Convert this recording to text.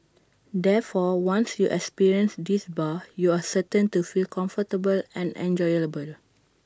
therefore once you experience this bar you are certain to feel comfortable and enjoyable